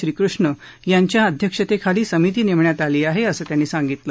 श्रीकृष्ण यांच्या अध्यक्षतेखाली समिती नेमण्यात आली आहे असं त्यांनी सांगितलं